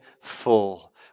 full